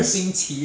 chee cheong fan